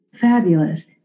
fabulous